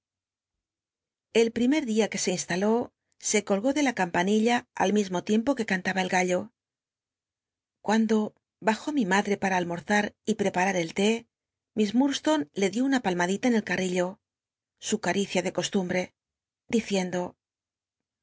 el primer dia que se instaló se colgó de la campanilla al mismo tiempo que cantaba el gallo cuando bajó mi madre para almorzar y ptcpatar el té miss lurdstone le dió una pahnadita en el carrillo su caricia de costumbre diciendo